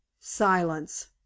Silence